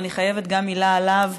ואני חייבת לומר מילה גם עליו,